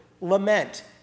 lament